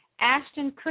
Ashton